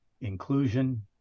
inclusion